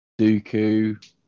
dooku